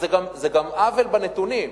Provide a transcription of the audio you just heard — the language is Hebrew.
אז זה גם עוול בנתונים.